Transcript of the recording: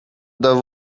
the